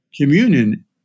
communion